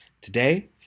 Today